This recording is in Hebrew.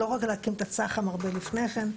לא רק להקים את הצח"ם הרבה לפני כן,